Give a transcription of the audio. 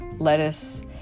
lettuce